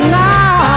now